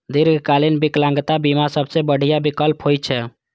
दीर्घकालीन विकलांगता बीमा सबसं बढ़िया विकल्प होइ छै